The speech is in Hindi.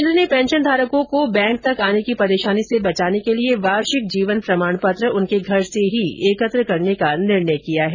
केन्द्र ने पेंशनधारकों को बैंक तक आने की परेशानी से बचाने के लिए वार्षिक जीवन प्रमाण पत्र उनके घर से ही एकत्र करने का निर्णय किया है